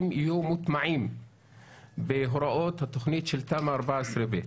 יהיו מוטמעים בהוראות התוכנית של תמ"א/14/ב.